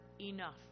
enough